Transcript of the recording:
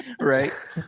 Right